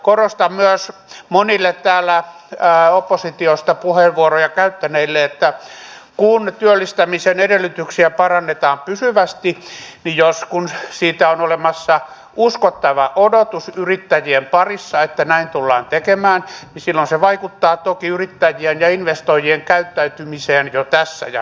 korostan myös monille täällä oppositiosta puheenvuoroja käyttäneille että kun työllistämisen edellytyksiä parannetaan pysyvästi kun siitä on olemassa uskottava odotus yrittäjien parissa että näin tullaan tekemään niin silloin se vaikuttaa toki yrittäjien ja investoijien käyttäytymiseen jo tässä ja nyt